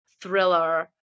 thriller